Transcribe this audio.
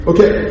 Okay